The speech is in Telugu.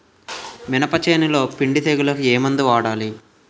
మినప చేనులో పిండి తెగులుకు ఏమందు వాడాలి?